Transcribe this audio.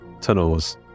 Tunnels